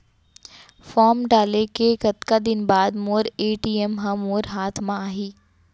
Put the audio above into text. Form डाले के कतका दिन बाद मोर ए.टी.एम ह मोर हाथ म आही?